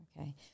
Okay